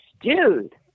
dude